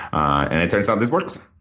and it turns out this works.